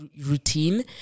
routine